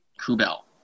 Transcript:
Kubel